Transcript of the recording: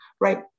right